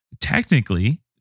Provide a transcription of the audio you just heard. technically